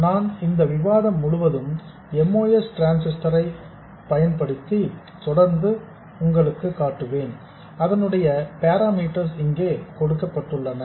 நான் இந்த விவாதம் முழுவதும் MOS டிரான்ஸிஸ்டர் ஐ தொடர்ந்து பயன்படுத்துவேன் அதனுடைய பேராமீட்டர்ஸ் இங்கே கொடுக்கப்பட்டுள்ளன